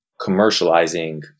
commercializing